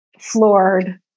floored